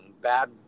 Bad